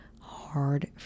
hard